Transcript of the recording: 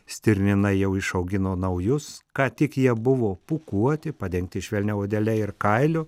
stirninai jau išaugino naujus ką tik jie buvo pūkuoti padengti švelnia odele ir kailiu